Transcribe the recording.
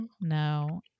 no